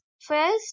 First